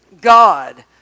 God